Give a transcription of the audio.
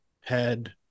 head